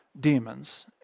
Demons